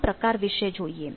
ના પ્રકાર વિશે જોઈએ